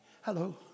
Hello